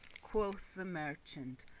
quoth the merchant,